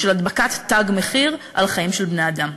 של הדבקת תג מחיר על חיים של בני-אדם.